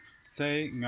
Say